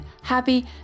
happy